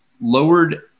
lowered